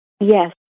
yes